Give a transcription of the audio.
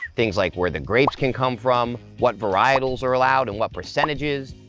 things like where the grapes can come from, what varietals are allowed and what percentages,